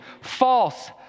false